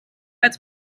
als